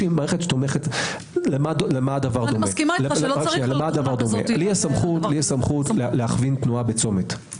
למה הדבר דומה לי יש סמכות להכווין תנועה בצומת.